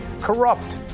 corrupt